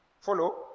Follow